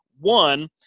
one